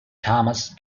thomas